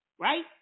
right